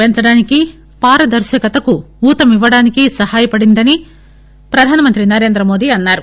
పెంచడానికి పారదర్నకతకు ఊతమివ్వడానికీ సహాయపడిందని ప్రధాన మంత్రి నరేంద్రమోదీ అన్నారు